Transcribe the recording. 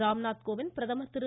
ராம்நாத் கோவிந்த் பிரதமர் திரு